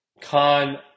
Con